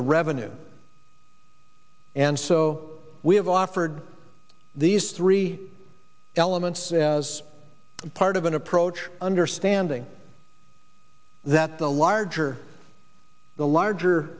the revenues and so we have offered these three elements as part of an approach understanding that the larger the larger